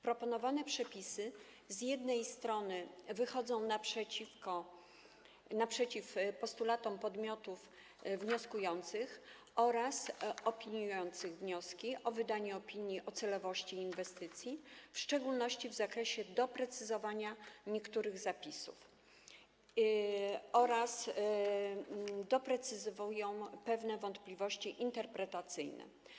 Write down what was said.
Proponowane przepisy z jednej strony wychodzą naprzeciw postulatom podmiotów wnioskujących oraz opiniujących wnioski o wydanie opinii o celowości inwestycji, w szczególności w zakresie doprecyzowania niektórych zapisów, oraz doprecyzowują pewne budzące wątpliwości kwestie interpretacyjne.